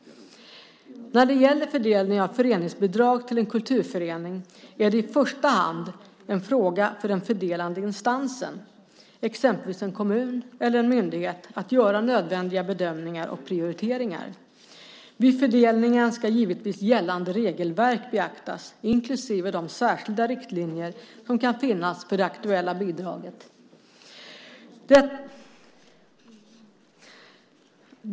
När det gäller fördelning av föreningsbidrag till en kulturförening är det i första hand en fråga för den fördelande instansen - exempelvis en kommun eller en myndighet - att göra nödvändiga bedömningar och prioriteringar. Vid fördelningen ska givetvis gällande regelverk beaktas, inklusive de särskilda riktlinjer som kan finnas för det aktuella bidraget.